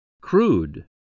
Crude